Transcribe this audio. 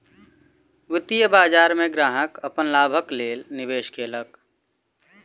वित्तीय बाजार में ग्राहक अपन लाभक लेल निवेश केलक